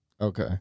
Okay